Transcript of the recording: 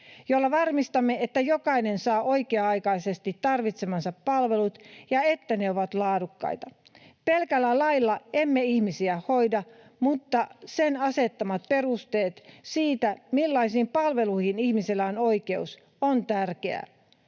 jolla varmistamme, että jokainen saa oikea-aikaisesti tarvitsemansa palvelut ja että ne ovat laadukkaita. Pelkällä lailla emme ihmisiä hoida, mutta sen asettamat perusteet siihen, millaisiin palveluihin ihmisillä on oikeus, ovat tärkeitä.